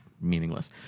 meaningless